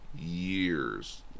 Years